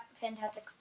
Fantastic